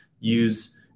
use